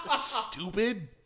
Stupid